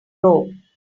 robe